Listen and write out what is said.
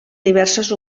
diverses